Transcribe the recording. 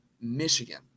Michigan